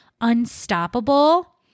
unstoppable